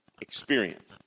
experience